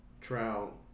trout